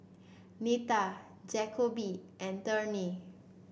Nita Jacoby and Turner